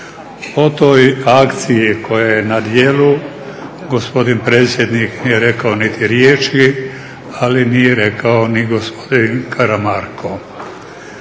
O toj akciji koja je na djelu, gospodin predsjednik nije rekao niti riječi, ali nije rekao ni gospodin Karamarko.